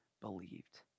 believed